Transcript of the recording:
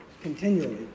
continually